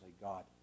God